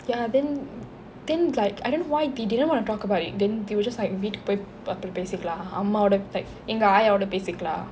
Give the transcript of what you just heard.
ya then then like I didn't why they didn't want to talk about it then they were just like வீட்டுக்கு போய் அப்பறோம் பேசிக்கலாம் அம்மாவோட:veetukku poi approm pesikkalam ammavoda like எங்க ஆயாவோட பேசிக்கலாம்:enga aayavoda pesikkalam